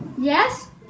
yes